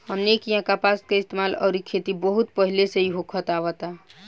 हमनी किहा कपास के इस्तेमाल अउरी खेती बहुत पहिले से ही होखत आवता